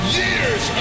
years